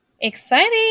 Exciting